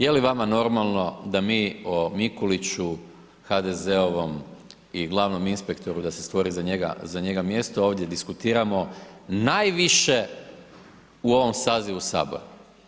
Je li vama normalno da mi o Mikuliću, HDZ-ovom i glavnim inspektoru da se stvori za njega mjesto ovdje diskutiramo, najviše u ovom sazivu Sabora?